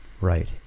Right